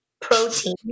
protein